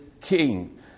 king